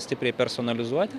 stipriai personalizuoti